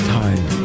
time